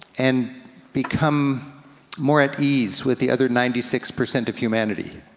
and become more at ease with the other ninety six percent of humanity,